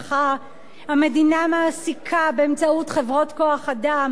המדינה מעסיקה באמצעות חברות כוח אדם מורים,